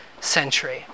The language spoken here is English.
century